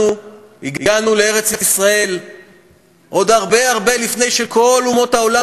אנחנו הגענו לארץ-ישראל עוד הרבה הרבה לפני שכל אומות העולם